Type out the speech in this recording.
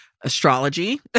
astrology